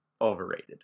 overrated